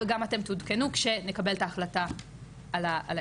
וגם אתם תעודכנו כשנקבל את ההחלטה על היישום.